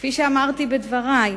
כפי שאמרתי בדברי,